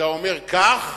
אתה אומר כך